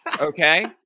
Okay